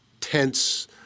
tense